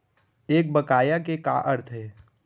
एक बकाया के का अर्थ हे?